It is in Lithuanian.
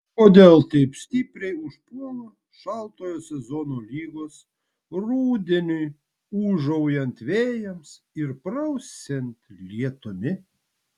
kodėl taip stipriai užpuola šaltojo sezono ligos rudeniui ūžaujant vėjams ir prausiant lietumi